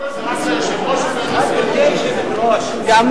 ברשותך, שנייה.